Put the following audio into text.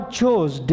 chose